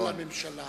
נא להודיע לממשלה